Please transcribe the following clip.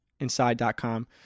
inside.com